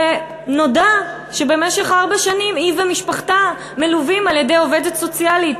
ונודע שבמשך ארבע שנים היא ומשפחתה מלווים על-ידי עובדת סוציאלית,